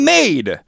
made